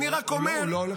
אני רק אומר --- הוא לא?